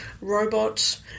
robot